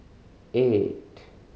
eight